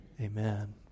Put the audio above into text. Amen